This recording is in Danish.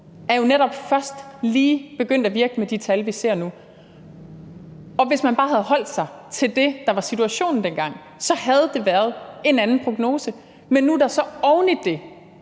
jo netop først lige begyndt at virke med de tal, vi ser nu. Hvis man bare havde holdt sig til det, der var situationen dengang, havde det været en anden prognose. Men nu er der så oven i det